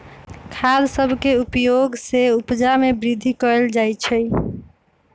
खाद सभके प्रयोग से उपजा में वृद्धि कएल जाइ छइ